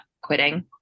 quitting